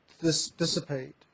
dissipate